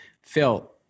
Phil